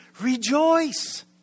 rejoice